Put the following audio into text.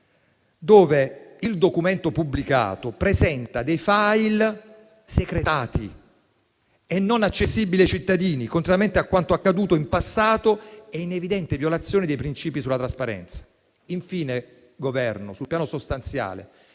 laddove il documento pubblicato presenta *file* secretati e non accessibili ai cittadini, contrariamente a quanto accaduto in passato e in evidente violazione dei principi di trasparenza. Infine, signori del Governo, sul piano sostanziale,